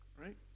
right